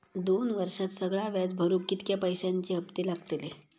दोन वर्षात सगळा व्याज भरुक कितक्या पैश्यांचे हप्ते लागतले?